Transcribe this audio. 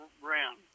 brown